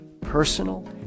personal